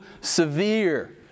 severe